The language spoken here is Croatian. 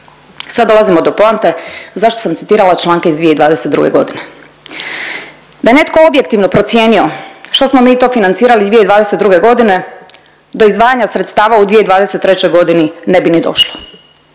Sad dolazimo do poante zašto sam citirala članke iz 2022. godine. Da je netko objektivno procijenio što smo mi to financirali 2022. godine do izdvajanja sredstava u 2023. godini ne bi ni došlo.